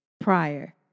prior